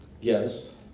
yes